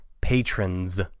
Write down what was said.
Patrons